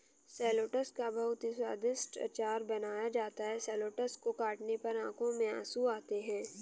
shallots का बहुत ही स्वादिष्ट अचार बनाया जाता है शैलोट्स को काटने पर आंखों में आंसू आते हैं